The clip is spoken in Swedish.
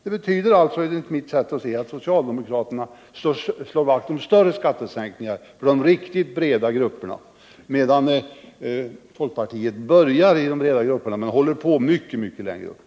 Det betyder enligt mitt sätt att se att socialdemokraterna slår vakt om större skattesänkningar för de riktigt breda grupperna, medan folkpartiet börjar i de breda grupperna men går mycket längre upp.